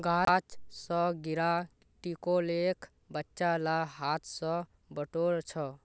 गाछ स गिरा टिकोलेक बच्चा ला हाथ स बटोर छ